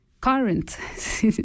current